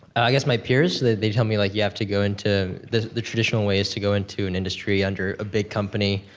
i guess my peers, they tell me like you have to go into, the the traditional ways to go into an industry under a big company,